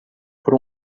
por